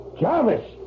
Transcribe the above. Jarvis